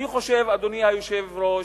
אדוני היושב-ראש,